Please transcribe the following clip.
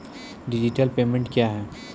Digital payment क्या हैं?